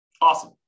Awesome